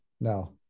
no